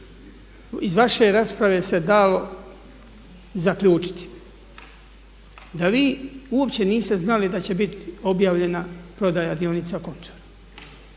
iz vaše rasprave se dalo zaključiti da vi uopće niste znali da će biti objavljena prodaja dionica Končar.